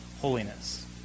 holiness